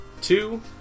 two